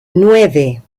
nueve